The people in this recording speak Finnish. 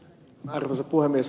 arvoisa puhemies